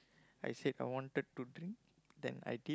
I said I wanted to drink then I did